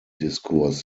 diskurs